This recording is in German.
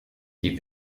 die